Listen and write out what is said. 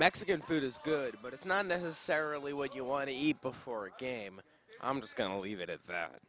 mexican food is good but it's not necessarily what you want to eat before a game i'm just going to leave it at that